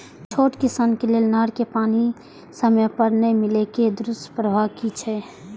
छोट किसान के लेल नहर के पानी समय पर नै मिले के दुष्प्रभाव कि छै?